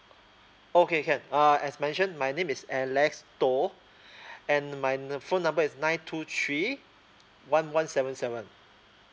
okay can uh as mention my name is alex toh and my uh phone number is nine two three one one seven seven